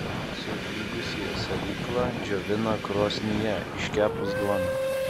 sudygusį salyklą džiovina krosnyje iškepus duoną